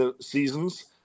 seasons